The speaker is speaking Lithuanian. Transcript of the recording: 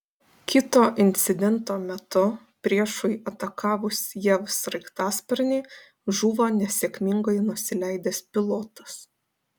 kito incidento metu priešui atakavus jav sraigtasparnį žuvo nesėkmingai nusileidęs pilotas